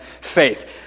faith